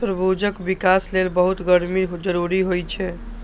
तरबूजक विकास लेल बहुत गर्मी जरूरी होइ छै